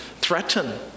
threaten